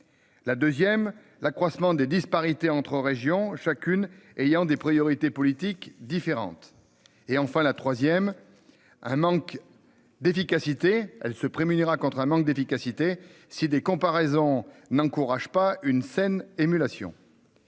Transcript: La deuxième l'accroissement des disparités entre régions chacune ayant des priorités politiques différentes et enfin la 3ème. Un manque d'efficacité, elle se prémunir à contre un manque d'efficacité si des comparaisons n'encourage pas une saine émulation.